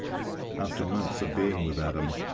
after months of being with adam,